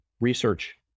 research